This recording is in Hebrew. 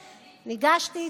ניגשתי,